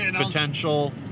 potential